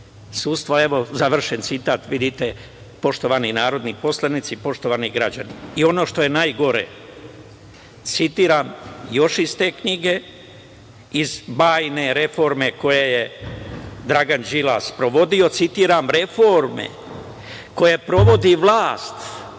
sudstva. Završen citat. Vidite, poštovani narodni poslanici i poštovani građani. Ono što je najgore, citiram još iz te knjige, iz bajne reforme koju je Dragan Đilas provodio, citiram – reforme koje provodi vlast